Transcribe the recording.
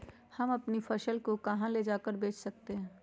हम अपनी फसल को कहां ले जाकर बेच सकते हैं?